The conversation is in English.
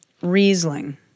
Riesling